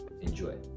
Enjoy